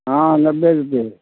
हँ नब्बे रुपैए